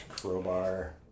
Crowbar